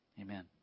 Amen